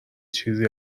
چیزی